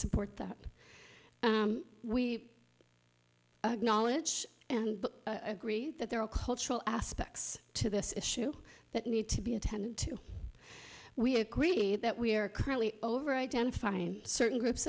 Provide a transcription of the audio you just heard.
support that we knowledge and agree that there are cultural aspects to this issue that need to be attended to we agree that we are currently over identifying certain groups